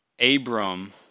Abram